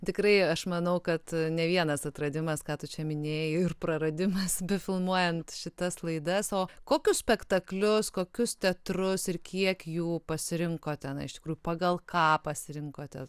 tikrai aš manau kad ne vienas atradimas ką tu čia minėjai ir praradimas befilmuojant šitas laidas o kokius spektaklius kokius teatrus ir kiek jų pasirinkot ten iš tikrųjų pagal ką pasirinkote